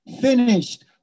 finished